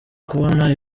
kubona